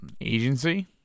Agency